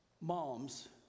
moms